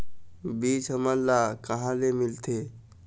बीज हमन ला कहां ले मिलथे?